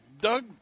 Doug